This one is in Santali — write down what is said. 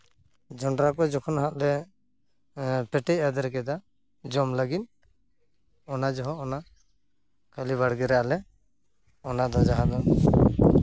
ᱡᱚᱱᱰᱨᱟ ᱠᱚ ᱡᱚᱠᱷᱚᱱ ᱦᱟᱸᱜ ᱞᱮ ᱯᱮᱴᱮᱡ ᱟᱫᱮᱨ ᱠᱮᱫᱟ ᱡᱚᱢ ᱞᱟᱹᱜᱤᱫ ᱚᱱᱟ ᱡᱚᱦᱚᱜ ᱟᱞᱮ ᱠᱷᱟᱹᱞᱤ ᱵᱟᱲᱜᱮ ᱨᱮ ᱡᱟᱦᱟᱸ ᱫᱚ